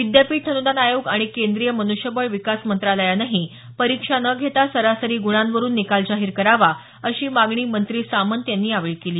विद्यापीठ अनुदान आयोग आणि केंद्रीय मन्ष्यबळ विकास मंत्रालयानंही परीक्षा न घेता सरासरी गुणांवरून निकाल जाहीर करावा अशी मागणी मंत्री सामंत यांनी यावेळी केली